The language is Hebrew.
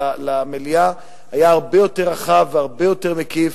למליאה היה הרבה יותר רחב והרבה יותר מקיף,